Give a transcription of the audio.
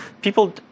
people